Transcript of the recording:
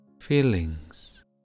feelings